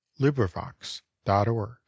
LibriVox.org